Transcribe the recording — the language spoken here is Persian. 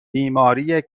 بیماری